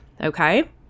Okay